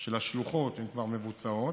של השלוחות כבר מבוצעות.